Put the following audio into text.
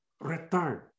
return